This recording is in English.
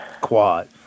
Quad